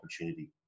opportunity